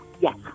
Yes